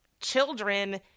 children